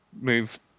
move